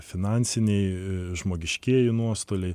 finansiniai žmogiškieji nuostoliai